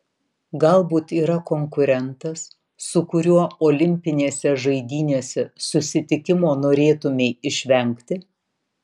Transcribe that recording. galbūt yra konkurentas su kuriuo olimpinėse žaidynėse susitikimo norėtumei išvengti